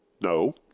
No